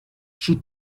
she